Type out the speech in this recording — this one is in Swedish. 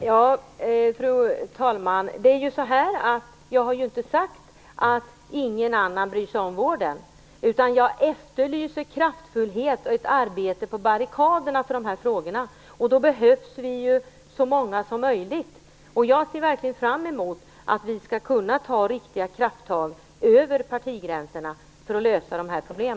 Fru talman! Jag har inte sagt att ingen annan bryr sig om vården. Jag efterlyser kraftfullhet och ett arbete på barrikaderna för dessa frågor. Då behövs det så många som möjligt. Jag ser verkligen fram emot att vi skall kunna ta riktiga krafttag över partigränserna för att lösa dessa problem.